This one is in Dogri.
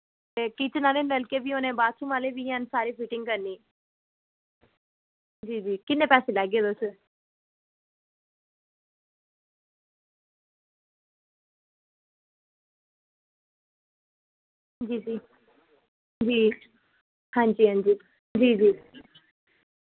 ते किचन आह्ले नलके बी होने ते बाथरूम आह्ले बी हैन ते सारी फिटिंग करनी जी जी किन्ने पैसे लैगे तुस जी जी जी हां जी हां जी जी जी